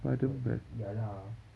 cause ya lah